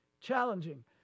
challenging